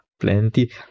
plenty